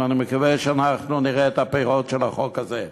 ואני מקווה שאנחנו נראה את הפירות של החוק הזה.